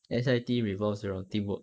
S_I_T revolves around teamwork